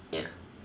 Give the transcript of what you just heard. ya